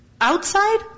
outside